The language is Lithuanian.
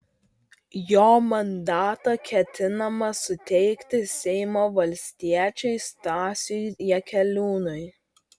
jo mandatą ketinama suteikti seimo valstiečiui stasiui jakeliūnui